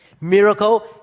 Miracle